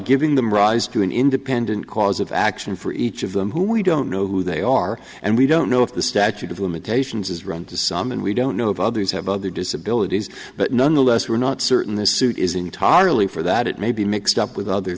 giving them rise to an independent cause of action for each of them who we don't know who they are and we don't know if the statute of limitations has run to some and we don't know if others have other disabilities but nonetheless we're not certain this suit is entirely for that it may be mixed up with other